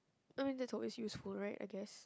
I mean that's always useful right I guess